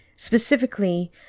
Specifically